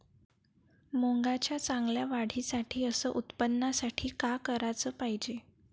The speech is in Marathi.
मुंगाच्या चांगल्या वाढीसाठी अस उत्पन्नासाठी का कराच पायजे?